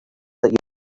that